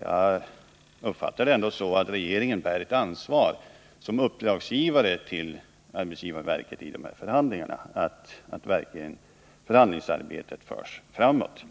Jag uppfattar det ändå så att regeringen som uppdragsgivare till arbetsgivarverket i de här förhandlingarna bär ett ansvar för att förhandlingsarbetet verkligen förs framåt.